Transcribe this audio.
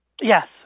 yes